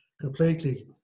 completely